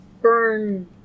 burn